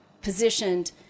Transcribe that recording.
positioned